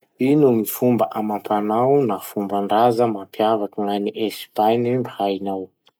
Ino gny fomba amam-panao na fomban-draza mampiavaky gn'any Espagny hainao?